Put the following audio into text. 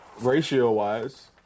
Ratio-wise